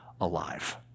alive